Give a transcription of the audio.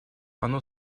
оно